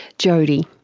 jodie.